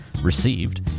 received